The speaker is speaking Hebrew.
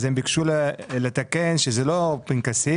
אז הם ביקשו לתקן שזה לא פנקסים,